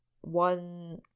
one